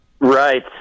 Right